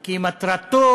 כי מטרתו